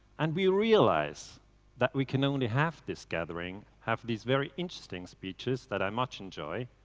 and we realize that we can only have this gathering, have these very interesting speeches that i much enjoy,